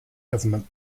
government